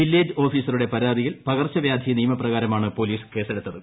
village ഓഫീസറുടെ പരാതിയിൽ പകർച്ചവ്യാധി നിയമപ്രകാരമാണ് പൊലീസ് കേസെടുത്തത്